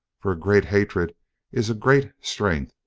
for a great hatred is a great strength,